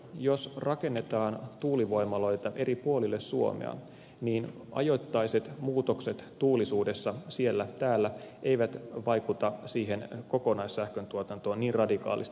jos rakennetaan tuulivoimaloita eri puolille suomea niin ajoittaiset muutokset tuulisuudessa siellä täällä eivät vaikuta siihen kokonaissähköntuotantoon niin radikaalisti